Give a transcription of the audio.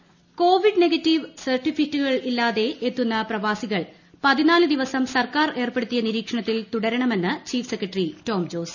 Tom Jose ഇൻട്രോ Covid negative സർട്ടിഫിക്കറ്റുകൾ ഇല്ലാതെ എത്തുന്ന പ്രവാസികൾ പതിനാല് ദിവസം സർക്കാർ ഏർപ്പെടുത്തിയ നിരീക്ഷണത്തിൽ തുടരണമെന്ന് ചീഫ് സെക്രട്ടറി ടോം ജോസ്